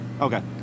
Okay